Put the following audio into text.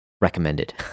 recommended